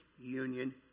union